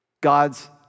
God's